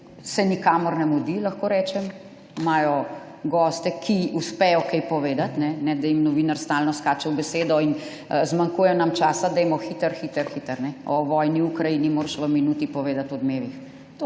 se nikamor ne mudi, lahko rečem, imajo goste, ki uspejo kaj povedati, ne da jim novinar stalno skače v besedo in zmanjkuje nam časa, dajmo hitro, hitro, hitro. O vojni v Ukrajini moraš v minuti povedati v Odmevih.